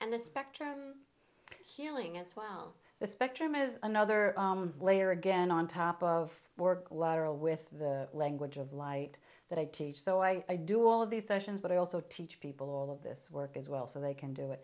and the spectrum healing it's well the spectrum is another layer again on top of lateral with the language of light that i teach so i do all of these sessions but i also teach people all of this work as well so they can do it